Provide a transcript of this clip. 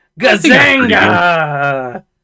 Gazanga